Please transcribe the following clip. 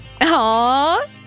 Aww